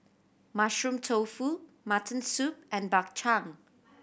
Mushroom Tofu mutton soup and Bak Chang